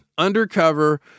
Undercover